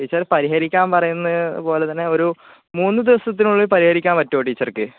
teacher പരിഹരിക്കാൻ പറയുന്ന പോലെ തന്നെ ഒരു മൂന്ന് ദിവസത്തിനുള്ളിൽ പരിഹരിക്കാൻ പറ്റുമോ ടീച്ചർക്ക്